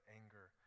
anger